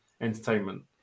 entertainment